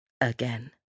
again